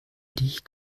dich